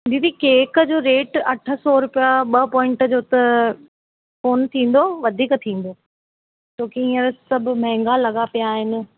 दीदी केक जो रेट अठ सौ रुपिया ॿ पोइंट जो त कोन्ह थींदो वधीक थींदो छो की हींअर सभु महांगा लॻा पिया आहिनि